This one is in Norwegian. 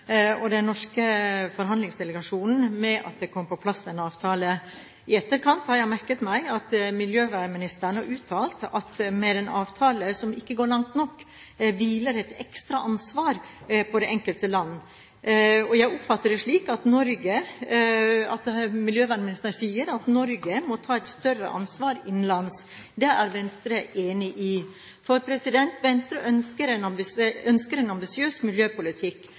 merket meg at miljøvernministeren har uttalt at det med en avtale som ikke går langt nok, hviler et ekstra ansvar på det enkelte land. Jeg oppfatter det slik at miljøvernministeren sier at Norge må ta et større ansvar innenlands. Det er Venstre enig i, for Venstre ønsker en